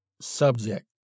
subject